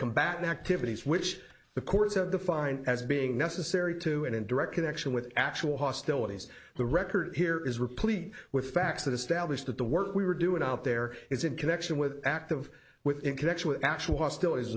combat activities which the courts have defined as being necessary to and in direct connection with actual hostilities the record here is replete with facts that establish that the work we were doing out there is in connection with active with in connection with actual hostilities